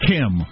Kim